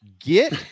Get